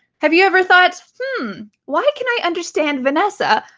have you ever thought why can i understand vanessa,